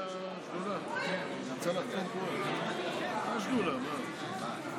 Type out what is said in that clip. ספר לנו למה התקפלתם מול החמאס.